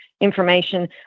information